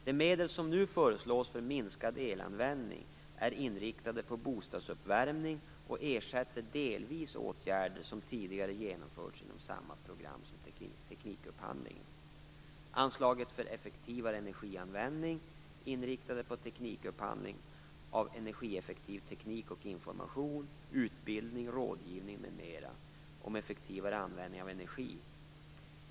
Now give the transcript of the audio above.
De medel som nu föreslås för minskad elanvändning är inriktade på bostadsuppvärmningen och ersätter delvis åtgärder som tidigare vidtagits inom samma program som teknikupphandlingen. miljoner kronor) är inriktade på teknikupphandling av energieffektiv teknik och information, utbildning, rådgivning m.m. om effektivare användning av energi.